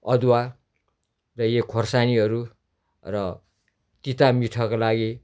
अदुवा र यो खार्सानीहरू र तिता मिठाको लागि